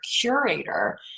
curator